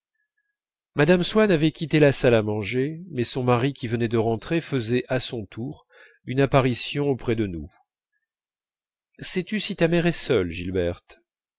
mme swann avait quitté la salle à manger mais son mari qui venait de rentrer faisait à son tour une apparition auprès de nous sais-tu si ta mère est seule gilberte